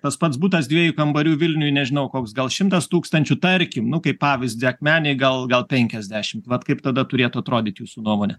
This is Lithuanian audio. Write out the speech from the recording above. tas pats butas dviejų kambarių vilniuj nežinau koks gal šimtas tūkstančių tarkim nu kaip pavyzdį akmenėj gal gal penkiasdešimt vat kaip tada turėtų atrodyt jūsų nuomone